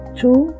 two